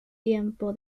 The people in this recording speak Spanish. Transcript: tiempo